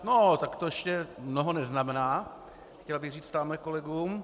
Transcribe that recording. No tak to ještě mnoho neznamená, chtěl bych říct tamhle kolegům.